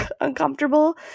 uncomfortable